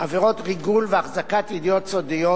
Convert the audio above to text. ריגול והחזקת ידיעות סודיות,